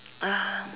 uh